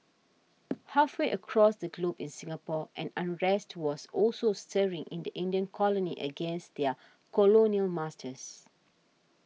halfway across the globe in Singapore an unrest was also stirring in the Indian colony against their colonial masters